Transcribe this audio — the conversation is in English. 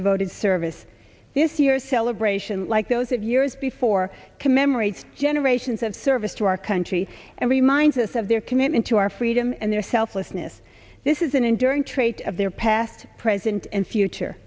devoted service this year's celebration like those of years before commemorates generations of service to our country and reminds us of their commitment to our freedom and their selflessness this is an enduring trait of their past present and future